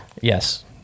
Yes